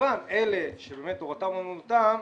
כמובן אלה שתורתם אמנותם,